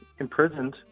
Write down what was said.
imprisoned